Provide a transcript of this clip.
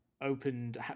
opened